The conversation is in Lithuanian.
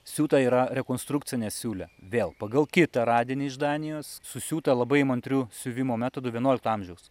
siūta yra rekonstrukcine siūle vėl pagal kitą radinį iš danijos susiūtą labai įmantriu siuvimo metodu vienuolikto amžiaus